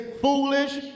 foolish